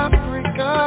Africa